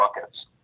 buckets